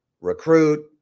recruit